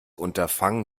unterfangen